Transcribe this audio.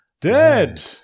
Dead